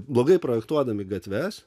blogai projektuodami gatves